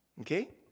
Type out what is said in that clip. Okay